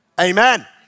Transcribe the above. Amen